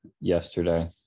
yesterday